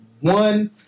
one